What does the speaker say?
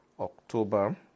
October